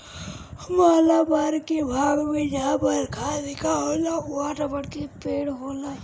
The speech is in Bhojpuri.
मालाबार के भाग में जहां बरखा अधिका होला उहाँ रबड़ के पेड़ होला